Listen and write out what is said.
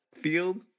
field